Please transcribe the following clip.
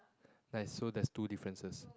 like so there is two differences